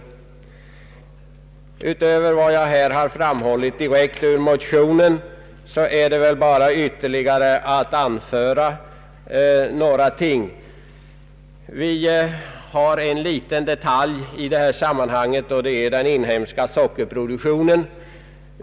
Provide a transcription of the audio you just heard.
Utöver vad jag nu anfört direkt ur motionen vill jag säga ytterligare ett par saker. En liten detalj i detta sammanhang är den inhemska sockerproduktionen.